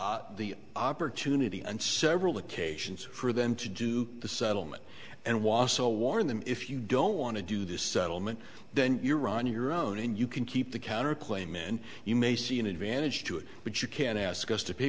the the opportunity and several occasions for them to do the settlement and wausau warn them if you don't want to do this settlement then you run your own and you can keep the counterclaim and you may see an advantage to it but you can't ask us to pay